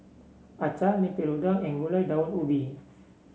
Acar Lemper Udang and Gulai Daun Ubi